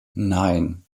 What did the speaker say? nein